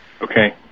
Okay